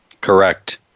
Correct